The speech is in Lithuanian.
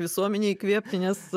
visuomenei įkvėpti nes